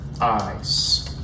eyes